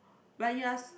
but you are so